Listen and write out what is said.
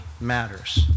matters